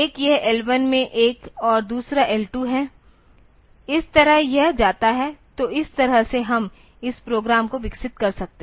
एक यह L1 में एक और दूसरा L2 है इस तरह यह जाता है तो इस तरह से हम इस प्रोग्राम को विकसित कर सकते हैं